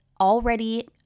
already